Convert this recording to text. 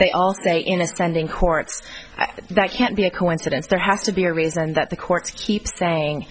they all say in a standing courts that can't be a coincidence there has to be a reason that the courts keep saying